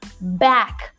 back